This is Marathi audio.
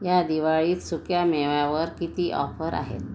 या दिवाळीत सुक्यामेव्यावर किती ऑफर आहेत